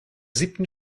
siebten